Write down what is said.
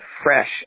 fresh